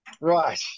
Right